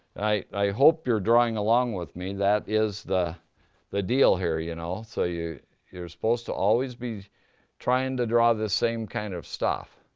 i hope you're drawing along with me. that is the the deal here, you know, so you're supposed to always be trying to draw the same kind of stuff.